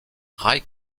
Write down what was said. rail